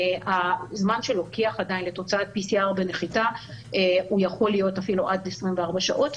הזמן שלוקח עדיין לתוצאת PCR בנחיתה יכול להיות עד 24 שעות,